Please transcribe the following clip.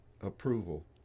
approval